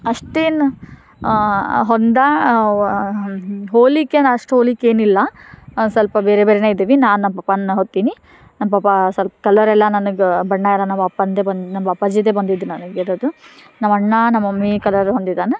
ಅಷ್ಟೇನು ಹೊಂದೋ ಹೋಲಿಕೆಯೇ ಅಷ್ಟು ಹೋಲಿಕೆ ಏನಿಲ್ಲ ಸ್ವಲ್ಪ ಬೇರೆ ಬೇರೆಯೇ ಇದೀವಿ ನಾನು ನಮ್ಮ ಪಪ್ಪನ್ನ ಹೊತ್ತೀನಿ ನಮ್ಮ ಪಪ್ಪ ಸ್ವಲ್ಪ ಕಲರ್ ಎಲ್ಲ ನನಗೆ ಬಣ್ಣ ಎಲ್ಲ ನಮ್ಮ ಅಪ್ಪಂದೆ ಬಂದು ನಮ್ಮ ಅಪ್ಪಾಜಿದೇ ಬಂದಿದ್ದು ನನ್ಗೆ ಇರೋದು ನಮ್ಮ ಅಣ್ಣ ನಮ್ಮ ಮಮ್ಮೀ ಕಲರ್ ಹೊಂದಿದ್ದಾನೆ